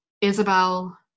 Isabel